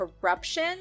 corruption